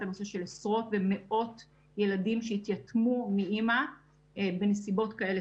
הנושא של עשרות ומאות ילדים שהתייתמו מאימא בנסיבות כאלה